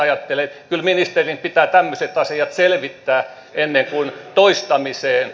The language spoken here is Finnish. kyllä ministerin pitää tämmöiset asiat selvittää ennen kuin toistamiseen